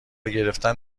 گرفتن